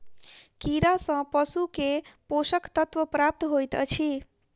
कीड़ा सँ पशु के पोषक तत्व प्राप्त होइत अछि